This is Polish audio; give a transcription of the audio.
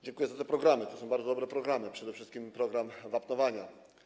Dziękuję za programy, to są bardzo dobre programy, przede wszystkim program wapnowania.